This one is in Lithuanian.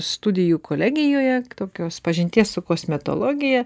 studijų kolegijoje tokios pažinties su kosmetologija